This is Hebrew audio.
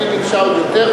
שלי ביקשה עוד יותר,